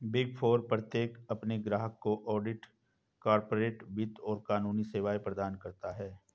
big four प्रत्येक अपने ग्राहकों को ऑडिट, कॉर्पोरेट वित्त और कानूनी सेवाएं प्रदान करता है